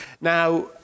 Now